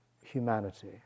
humanity